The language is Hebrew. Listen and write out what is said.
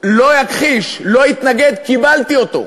לא יכחיש, לא יתנגד, קיבלתי אותו.